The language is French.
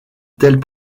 telles